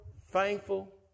thankful